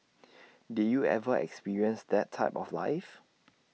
did you ever experience that type of life